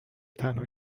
تنها